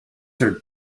are